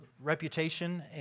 reputation